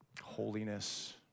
holiness